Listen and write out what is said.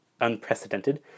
unprecedented